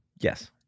Yes